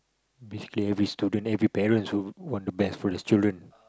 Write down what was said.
basically every students every parents would want the best for their children